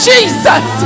Jesus